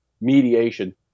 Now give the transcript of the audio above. mediation